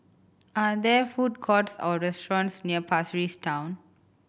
are there food courts or restaurants near Pasir Ris Town